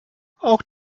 auch